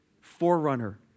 Forerunner